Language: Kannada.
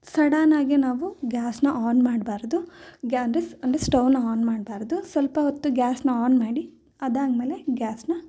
ಸಡನಾಗಿ ನಾವು ಗ್ಯಾಸ್ನ ಆನ್ ಮಾಡಬಾರ್ದು ಗ್ಯಾ ಅಂದರೆ ಸ್ ಅಂದರೆ ಸ್ಟವ್ನ ಆನ್ ಮಾಡಬಾರ್ದು ಸ್ವಲ್ಪ ಹೊತ್ತು ಗ್ಯಾಸ್ನ ಆನ್ ಮಾಡಿ ಅದಾದ್ಮೇಲೆ ಗ್ಯಾಸ್ನ